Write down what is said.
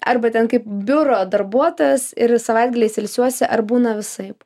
arba ten kaip biuro darbuotojas ir savaitgaliais ilsiuosi ar būna visaip